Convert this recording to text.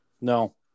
No